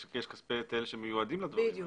יש כספי היטל שמיועדים לדברים האלו.